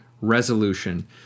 resolution